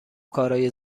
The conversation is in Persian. کارای